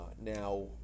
Now